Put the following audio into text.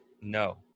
no